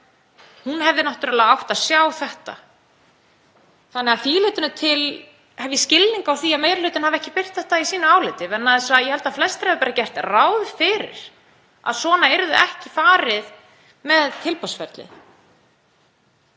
Hún hefði náttúrlega átt að sjá þetta. Að því leytinu til hef ég skilning á því að meiri hlutinn hafi ekki birt þetta í sínu áliti vegna þess að ég held að flestir hafi bara gert ráð fyrir að svona yrði ekki farið með tilboðsferlið.